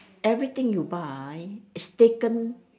everything you buy is taken